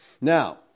Now